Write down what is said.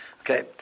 Okay